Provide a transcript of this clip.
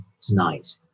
tonight